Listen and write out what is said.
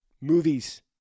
movies